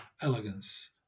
elegance